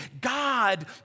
God